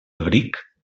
abric